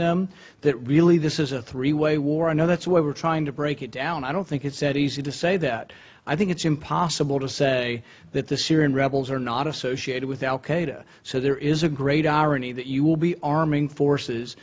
them that really this is a three way war i know that's where we're trying to break it down i don't think it's that easy to say that i think it's impossible to say that the syrian rebels are not associated with al qaeda so there is a great irony that you will be arming forces